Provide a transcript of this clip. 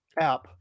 App